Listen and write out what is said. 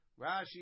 Rashi